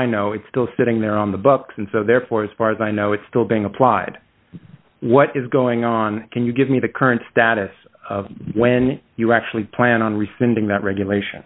i know it's still sitting there on the books and so therefore as far as i know it's still being applied what is going on can you give me the current status of when you actually plan on rescinding that regulation